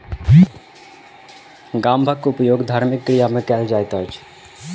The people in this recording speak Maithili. भांगक उपयोग धार्मिक क्रिया में कयल जाइत अछि